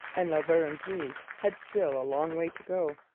and la verendrye had still a long way to go.